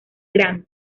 grant